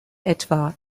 etwa